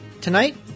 tonight